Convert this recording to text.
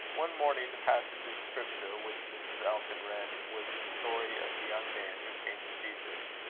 one morning, the passage of scripture which mrs. elton read was the story of the young man who came to jesus,